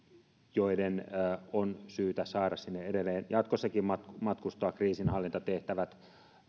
joiden on syytä saada sinne edelleen jatkossakin matkustaa matkustaa kriisinhallintatehtävät